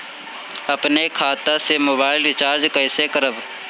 अपने खाता से मोबाइल रिचार्ज कैसे करब?